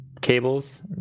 cables